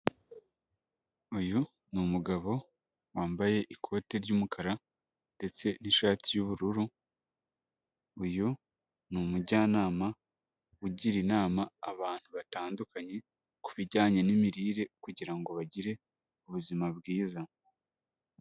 Uyu ni umugabo, wambaye ikote ry'umukara ndetse n'ishati y'ubururu, uyu ni umujyanama ugira inama abantu batandukanye ku bijyanye n'imirire kugira ngo bagire ubuzima bwiza.